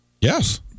Yes